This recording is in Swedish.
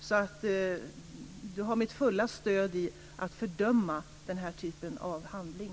Sonja Fransson har mitt fulla stöd i att fördöma den här typen av handling.